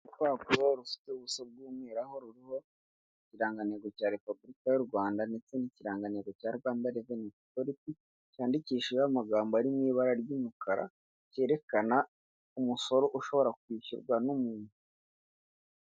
Urupapuro rufite ubuso bw'umwiru aho ruriho ikirangantego cya repubulika y'u Rwanda ndetse n'ikiranganiro cya rwanda revenpo. Cyandikishijeho amagambo ari mu ibara ry'umukara, cyerekana umusoro ushobora kwishyurwa n'umuntu.